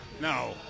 No